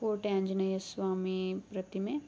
ಕೋಟೆ ಆಂಜನೇಯ ಸ್ವಾಮಿ ಪ್ರತಿಮೆ